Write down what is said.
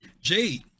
Jade